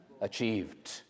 achieved